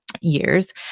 years